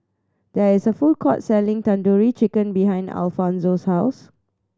there is a food court selling Tandoori Chicken behind Alfonzo's house